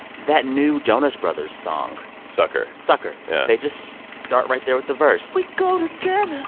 that new jonas brothers song. sucker. sucker. yeah they just start right there with the verse we go together